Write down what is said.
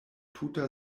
tuta